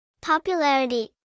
Popularity